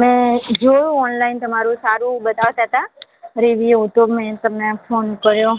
મેં જોયું ઑનલાઈન તમારું સારું બતાવતા હતા રીવ્યૂ તો મેં તમને ફોન કર્યો